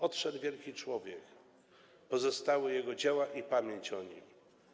Odszedł wielki człowiek, pozostały jego dzieła i pamięć o nim.